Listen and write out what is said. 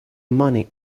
money